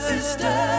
Sister